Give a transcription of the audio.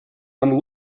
нам